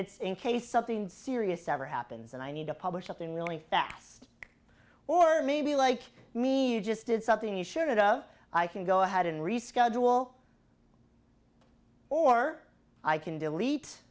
it's in case something serious ever happens and i need to publish something really fast or maybe like me just did something you should of i can go ahead and reschedule or i can delete